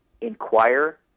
inquire